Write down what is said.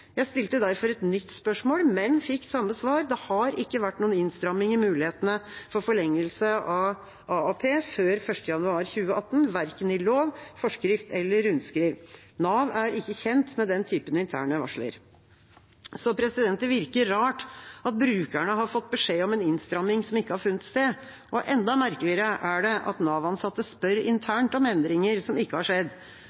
Jeg stilte derfor et nytt spørsmål, men fikk samme svar: Det har ikke vært noen innstramming i mulighetene for forlengelse av AAP før 1. januar 2018, verken i lov, forskrift eller rundskriv. Nav er ikke kjent med den typen interne varsler. Det virker rart at brukerne har fått beskjed om en innstramming som ikke har funnet sted. Enda merkeligere er det at Nav-ansatte spør